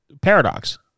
paradox